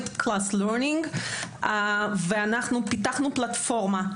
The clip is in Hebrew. אנחנו פיתחנו פלטפורמה,